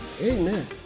Amen